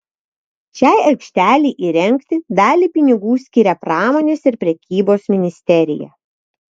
šiai aikštelei įrengti dalį pinigų skiria pramonės ir prekybos ministerija